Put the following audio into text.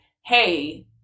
Hey